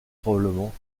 probablement